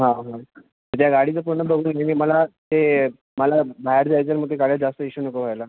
हां हां उद्या गाडीचं पूर्ण बघून घे आणि मला ते मला बाहेर जायचं आहे मग ते जास्त इश्यू नको व्हायला